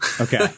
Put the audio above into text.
Okay